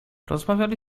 rozmawiali